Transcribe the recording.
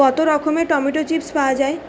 কত রকমের tomato chips পাওয়া যায়